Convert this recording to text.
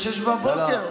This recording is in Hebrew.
ב-06:00?